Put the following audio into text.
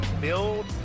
build